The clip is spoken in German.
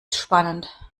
spannend